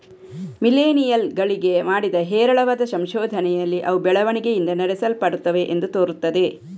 millennial ಗಳಿಗೆ ಮಾಡಿದ ಹೇರಳವಾದ ಸಂಶೋಧನೆಯಲ್ಲಿ ಅವು ಬೆಳವಣಿಗೆಯಿಂದ ನಡೆಸಲ್ಪಡುತ್ತವೆ ಎಂದು ತೋರುತ್ತದೆ